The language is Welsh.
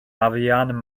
arian